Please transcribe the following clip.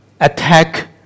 attack